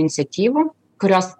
iniciatyvų kurios